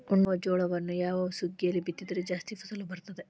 ಉಣ್ಣುವ ಜೋಳವನ್ನು ಯಾವ ಸುಗ್ಗಿಯಲ್ಲಿ ಬಿತ್ತಿದರೆ ಜಾಸ್ತಿ ಫಸಲು ಬರುತ್ತದೆ?